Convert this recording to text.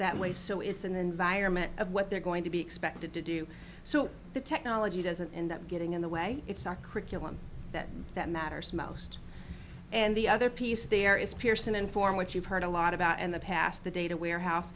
that way so it's an environment of what they're going to be expected to do so the technology doesn't end up getting in the way it's a critical one that that matters most and the other piece there is pearson and form which you've heard a lot about in the past the data warehouse